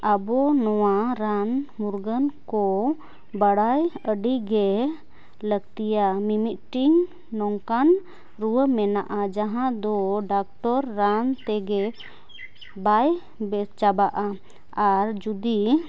ᱟᱵᱚ ᱱᱚᱣᱟ ᱨᱟᱱᱼᱢᱩᱨᱜᱟᱹᱱᱠᱚ ᱵᱟᱲᱟᱭ ᱟᱹᱰᱤᱜᱮ ᱞᱟᱹᱠᱛᱤᱭᱟ ᱢᱤᱼᱢᱤᱫᱴᱤᱱ ᱱᱚᱝᱠᱟᱱ ᱨᱩᱣᱟᱹ ᱢᱮᱱᱟᱜᱼᱟ ᱡᱟᱦᱟᱸᱫᱚ ᱰᱟᱠᱛᱚᱨ ᱨᱱᱟᱛᱮᱜᱮ ᱵᱟᱭ ᱪᱟᱵᱟᱜᱼᱟ ᱟᱨ ᱡᱩᱫᱤ